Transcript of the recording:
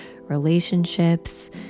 relationships